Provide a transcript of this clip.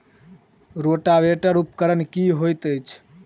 Rotavator उपकरण की हएत अछि?